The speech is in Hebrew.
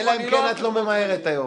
אלא אם כן את לא ממהרת היום,